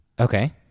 Okay